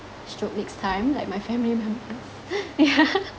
stroke next time like my family members yeah